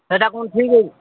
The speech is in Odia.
ସେଇଟା କ'ଣ ଠିକ୍ ହେଉଛି